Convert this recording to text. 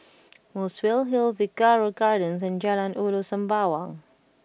Muswell Hill Figaro Gardens and Jalan Ulu Sembawang